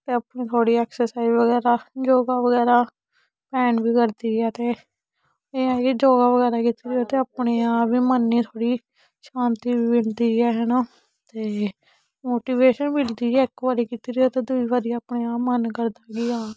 ते आपूं थोह्ड़ी ऐक्सरसाइज बगैरा योग बगैरा भैन बी करदी ऐ ते इ'यां ऐ कि योग बगैरा कीते दा होऐ ते अपने आप गै मन च थोह्ड़ी शांति होंदी ऐ है ना ते मोटिवेशन मिलदी ऐ इक बारी कीती दी होऐ ते दूई बारी अपने आप मन करदा कि हां